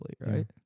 right